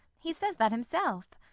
he says that himself.